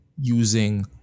using